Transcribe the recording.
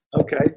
Okay